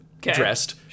Dressed